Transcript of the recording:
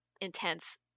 intense